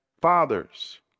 fathers